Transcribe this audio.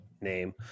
name